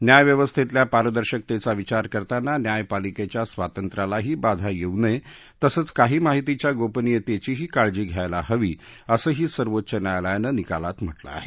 न्यायव्यवस्थेतल्या पारदर्शकतेचा विचार करताना न्यायपालिकेच्या स्वातंत्र्यालाही बाधा येऊ नये तसंच काही माहितीच्या गोपनीयतेचीही काळजी घ्यायला हवी असंही सर्वोच्च न्यायालयानं निकालात म्हटलं आहे